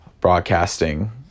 broadcasting